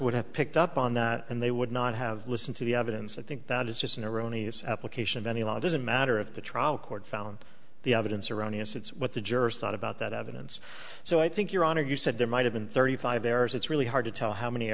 would have picked up on that and they would not have listened to the evidence i think that is just an erroneous application of any law doesn't matter if the trial court found the evidence erroneous it's what the jurors thought about that evidence so i think your honor you said there might have been thirty five errors it's really hard to tell how many